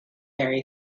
very